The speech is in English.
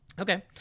Okay